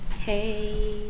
Hey